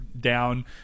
down